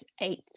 eight